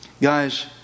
guys